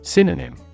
Synonym